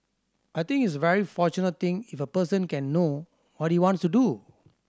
I think it's a very fortunate thing if a person can know what he wants to do